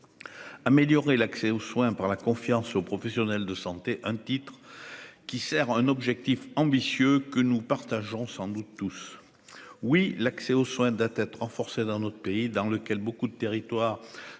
Améliorer l'accès aux soins par la confiance aux professionnels de santé, un titre qui sert un objectif ambitieux que nous partageons sans doute tous. Oui, l'accès aux soins date être renforcées dans notre pays dans lequel beaucoup de territoires